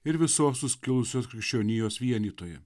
ir visos suskilusios krikščionijos vienytoją